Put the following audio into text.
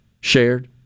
shared